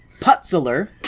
Putzler